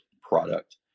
product